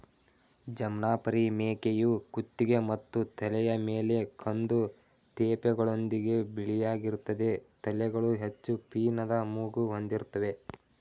ಜಮ್ನಾಪರಿ ಮೇಕೆಯು ಕುತ್ತಿಗೆ ಮತ್ತು ತಲೆಯ ಮೇಲೆ ಕಂದು ತೇಪೆಗಳೊಂದಿಗೆ ಬಿಳಿಯಾಗಿರ್ತದೆ ತಲೆಗಳು ಹೆಚ್ಚು ಪೀನದ ಮೂಗು ಹೊಂದಿರ್ತವೆ